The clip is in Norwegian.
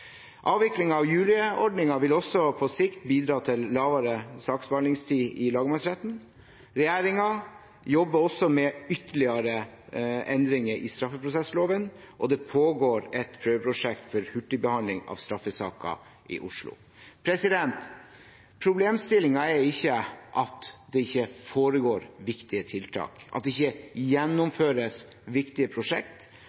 Avvikling av juryordningen vil også på sikt bidra til lavere saksbehandlingstid i lagmannsretten. Regjeringen jobber også med ytterligere endringer i straffeprosessloven, og det pågår et prøveprosjekt for hurtigbehandling av straffesaker i Oslo. Problemstillingen er ikke at det ikke foregår viktige tiltak, at det ikke